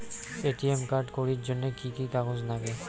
ATM card করির জন্যে কি কি কাগজ নাগে?